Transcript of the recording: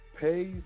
Pays